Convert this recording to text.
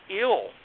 ill